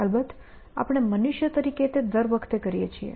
અલબત્ત આપણે મનુષ્ય તરીકે તે દર વખતે કરીએ છીએ